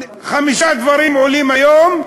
חמישה דברים עולים היום.